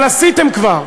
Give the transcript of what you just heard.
אבל עשיתם כבר.